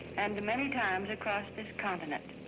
and many times across this continent.